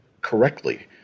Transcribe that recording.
correctly